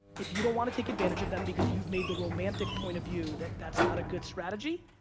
if you don't want to take advantage of them because you've made the romantic point of view that that's not a good strategy,